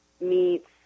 meats